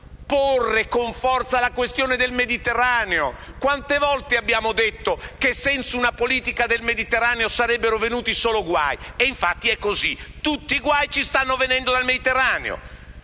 porre con forza la questione del Mediterraneo. Quante volte abbiamo detto che senza una politica del Mediterraneo sarebbero venuti solo guai? E, infatti, è così. Tutti i guai ci stanno venendo dal Mediterraneo.